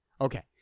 Okay